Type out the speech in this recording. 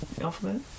alphabet